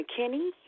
McKinney